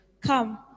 Come